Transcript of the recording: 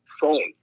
phone